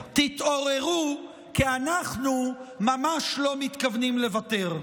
תתעוררו, כי אנחנו ממש לא מתכוונים לוותר.